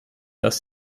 dass